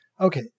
Okay